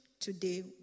today